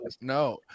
no